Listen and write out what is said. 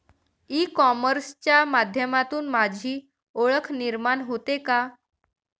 E कॉमर्सच्या माध्यमातून माझी ओळख निर्माण होते का?